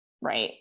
right